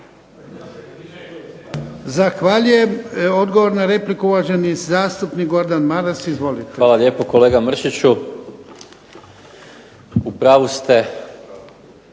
Zahvaljujem. Odgovor na repliku, uvaženi zastupnik Gordan Maras. Izvolite. **Maras, Gordan (SDP)** Hvala lijepo. Kolega Mršiću u pravu ste